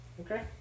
Okay